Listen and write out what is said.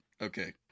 Okay